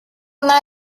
una